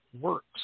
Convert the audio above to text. works